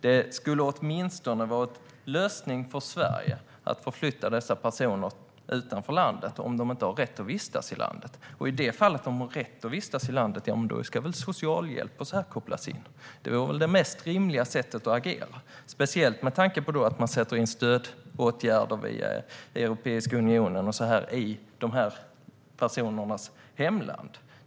Det skulle åtminstone vara en lösning för Sverige att flytta dessa människor ut ur landet om de inte har rätt att vistas här. I det fall de har rätt att vistas i landet ska socialhjälp kopplas in. Det vore det mest rimliga sättet att agera, speciellt med tanke på att man sätter in stödåtgärder via Europeiska unionen i dessa personers hemländer.